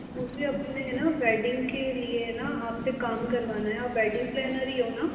मुझे अपने हैं ना वैडिंग के लिए ना आपसे काम करवाना है आप वैडिंग प्लैनर ही हो न